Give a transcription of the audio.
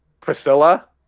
Priscilla